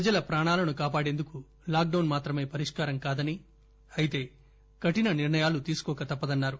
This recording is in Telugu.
ప్రజల ప్రాణాలను కాపాడేందుకు లాక్ డౌన్ మాత్రమే పరిష్కారం కాదని అయితే కఠిన నిర్ణయాలు తీసుకోక తప్పదన్నారు